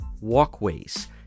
walkways